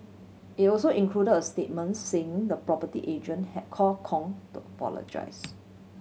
it also include a statement saying the property agent had call Kong to apologise